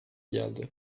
geldi